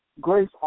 grace